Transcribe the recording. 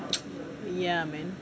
ya man